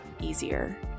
easier